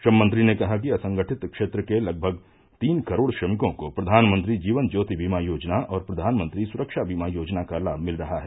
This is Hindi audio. श्रम मंत्री ने कहा कि असंगठित क्षेत्र के लगभग तीन करोड़ श्रमिकों को प्रधानमंत्री जीवन ज्योतिवीमा योजना और प्रधानमंत्री सुरक्षा बीमा योजना का लाभ मिल रहा है